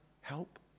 help